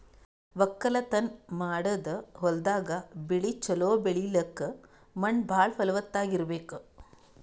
ವಕ್ಕಲತನ್ ಮಾಡದ್ ಹೊಲ್ದಾಗ ಬೆಳಿ ಛಲೋ ಬೆಳಿಲಕ್ಕ್ ಮಣ್ಣ್ ಭಾಳ್ ಫಲವತ್ತಾಗ್ ಇರ್ಬೆಕ್